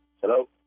Hello